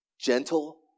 gentle